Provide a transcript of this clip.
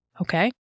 Okay